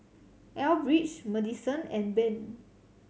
Elbridge Madisen and Ben